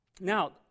Now